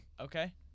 Okay